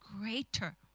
greater